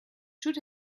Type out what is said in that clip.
should